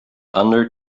under